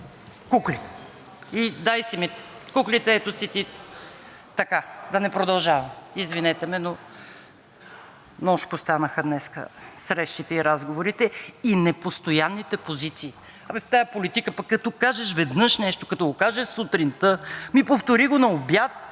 кукли и дай си ми куклите, ето си ти... така, да не продължавам. Извинете ме, но множко станаха днес срещите и разговорите и непостоянните позиции. А бе, в тази политика пък, като кажеш веднъж нещо, като го кажеш сутринта, ами, повтори го на обяд